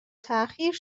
تاخیر